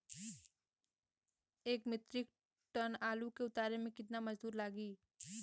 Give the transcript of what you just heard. एक metric ton आलू के उतारे मे कितना मजदूर लागि?